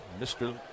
Mr